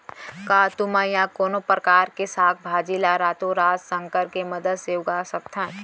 का तुमा या कोनो परकार के साग भाजी ला रातोरात संकर के मदद ले उगा सकथन?